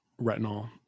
retinol